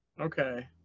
Okay